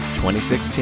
2016